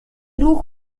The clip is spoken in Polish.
ruch